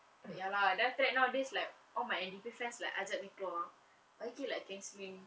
ya lah then after that nowadays like all of friends like ajak me keluar I feel like cancelling